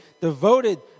devoted